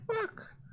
fuck